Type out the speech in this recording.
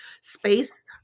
space